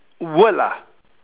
word lah